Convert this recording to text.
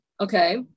Okay